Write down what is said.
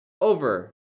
over